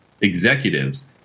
executives